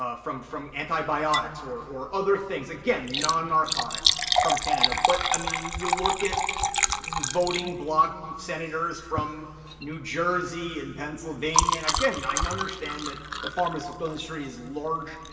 ah from from antibiotics, or or other things, again, nonnarcotic, from canada? but i mean, you look at the voting bloc senators from new jersey and pennsylvania. and again, i understand that the pharmaceutical industry is large,